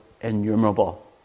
innumerable